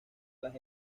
las